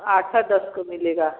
आठ से दस का मिलेगा